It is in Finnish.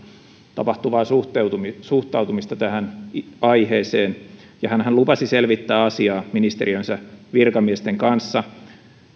tapahtuvaa suhtautumista suhtautumista tähän aiheeseen hänhän lupasi selvittää asiaa ministeriönsä virkamiesten kanssa